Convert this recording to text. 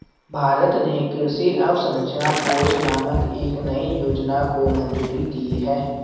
भारत ने कृषि अवसंरचना कोष नामक एक नयी योजना को मंजूरी दी है